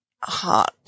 heart